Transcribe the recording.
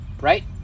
Right